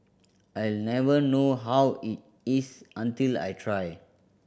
I'll never know how it is until I try